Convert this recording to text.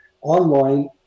online